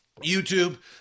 YouTube